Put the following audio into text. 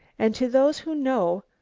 and to those who know,